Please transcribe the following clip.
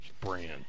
brand